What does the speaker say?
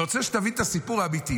אבל אני רוצה שתבין את הסיפור האמיתי,